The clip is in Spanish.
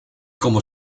como